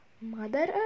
Mother